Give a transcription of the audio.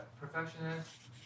Perfectionist